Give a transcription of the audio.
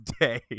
day